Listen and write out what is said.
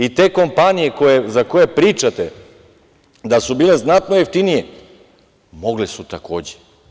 I te kompanije za koje pričate da su bile znatno jeftinije, mogle su, takođe.